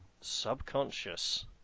subconscious